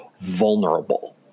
vulnerable